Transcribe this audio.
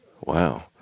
Wow